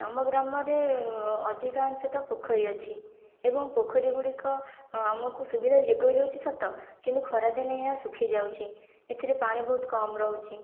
ଆମ ଗ୍ରାମରେ ଅଧିକାଂଶ ତ ପୋଖରୀ ଅଛି ଏବଂ ପୋଖରୀ ଗୁଡ଼ିକ ଆମକୁ ସୁବିଧା ଯୋଗେଇ ଦେଉଛି ସତ କିନ୍ତୁ ଖରାଦିନେ ଏହା ଶୁଖିଯାଉଛି ଏଥିରେ ପାଣି ବହୁତ କମ୍ ରହୁଛି